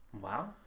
Wow